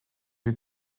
des